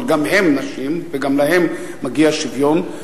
אבל גם הן נשים וגם להן מגיע שוויון,